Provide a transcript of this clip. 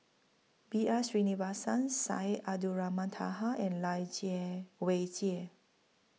B R Sreenivasan Syed Abdulrahman Taha and Lai Jie Weijie